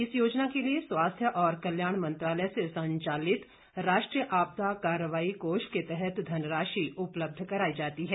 इस योजना के लिए स्वास्थ्य और कल्याण मंत्रालय से संचालित राष्ट्रीय आपदा कार्रवाई कोष के तहत धनराशि उपलब्ध करायी जाती है